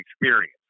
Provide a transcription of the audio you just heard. experience